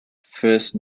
first